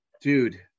dude